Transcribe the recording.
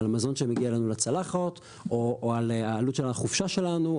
המזון שמגיע אלינו לצלחות או העלות של החופשה שלנו,